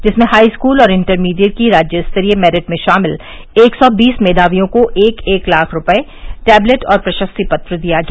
जिसमें हाई स्कलऔर इण्टरमीडिएट की राज्यस्तरीय मेरिट में शामिल एक सौ बीस मेधावियों को एक एक लाख रूपये टेबलेट और प्रशस्ति पत्र दिया गया